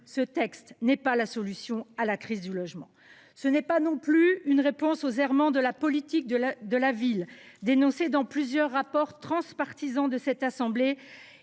ce texte n’est pas la solution à la crise du logement ! Il n’est pas non plus une réponse aux errements de la politique de la ville, dénoncés dans plusieurs rapports transpartisans de cette assemblée,